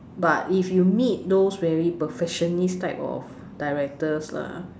but if you meet those very perfectionist type of directors lah